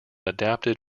adapted